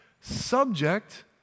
subject